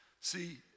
See